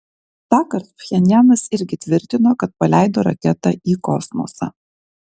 tąkart pchenjanas irgi tvirtino kad paleido raketą į kosmosą